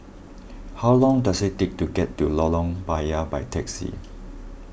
how long does it take to get to Lorong Payah by taxi